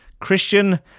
Christian